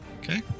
Okay